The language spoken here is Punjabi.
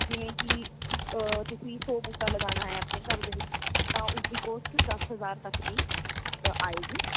ਜਿਵੇਂ ਕਿ ਤੁਸੀਂ ਸੌ ਬੂਟਾ ਲਗਾਉਣਾ ਹੈ ਆਪਣੇ ਘਰ ਦੇ ਵਿੱਚ ਤਾਂ ਉਸਦੀ ਕੋਸਟ ਦਸ ਹਜ਼ਾਰ ਤੱਕ ਦੀ ਆਏਗੀ